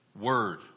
word